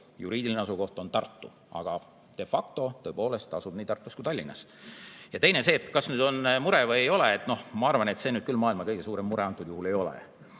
juriidiline asukoht on Tartu, agade factota tõepoolest asub nii Tartus kui ka Tallinnas. Teiseks, kas nüüd on mure või ei ole. Ma arvan, et see nüüd küll maailma kõige suurem mure antud juhul ei ole.